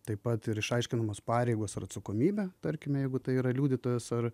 taip pat ir išaiškinamos pareigos ir atsakomybė tarkime jeigu tai yra liudytojas ar